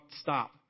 stop